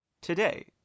Today